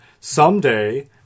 someday